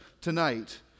tonight